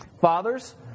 fathers